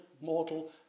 mortal